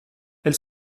elle